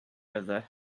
other